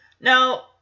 Now